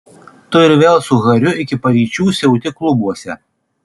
tu vėl su hariu iki paryčių siauti klubuose